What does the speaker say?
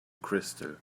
crystal